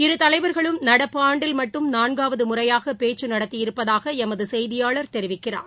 இரு தலைவர்களும் நடப்பு ஆண்டில் மட்டும் நான்காவதுமுறையாகபேச்சுநடத்தியிருப்பதாகஎமதுசெய்தியாளர் தெரிவிக்கிறார்